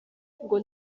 ngo